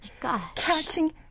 catching